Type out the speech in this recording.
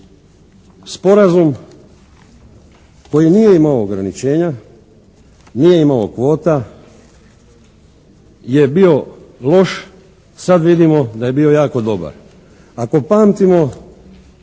sporazum koji nije imao ograničenja, nije imao kvota je bio loš. Sad vidimo da je bio jako dobar.